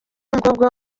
n’umukobwa